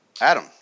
Adam